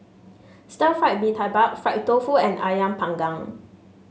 Stir Fried Mee Tai Mak Fried Tofu and ayam panggang